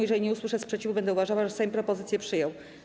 Jeżeli nie usłyszę sprzeciwu, będę uważała, że Sejm propozycję przyjął.